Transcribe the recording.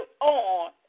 on